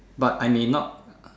but I may not